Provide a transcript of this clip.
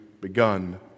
begun